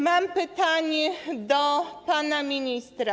Mam pytanie do pana ministra.